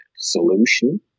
solution